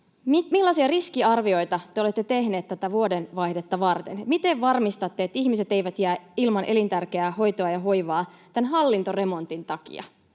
Millaisia riskiarvioita te olette tehneet tätä vuodenvaihdetta varten? Miten varmistatte, että ihmiset eivät jää ilman elintärkeää hoitoa ja hoivaa tämän hallintoremontin takia?